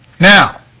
Now